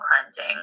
cleansing